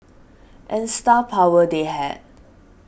and star power they had